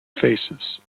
faces